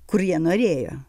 kur jie norėjo